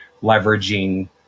leveraging